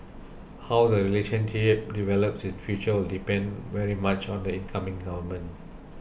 how the relationship develops in future will depend very much on the incoming government